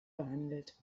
behandelt